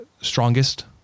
strongest